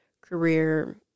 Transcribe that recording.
career